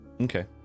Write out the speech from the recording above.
Okay